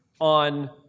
on